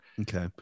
Okay